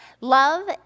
Love